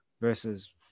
versus-